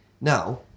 now